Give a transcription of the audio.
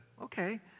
Okay